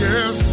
Yes